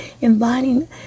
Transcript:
inviting